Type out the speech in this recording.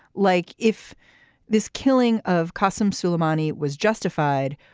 like if this killing of kassim suleimani was justified?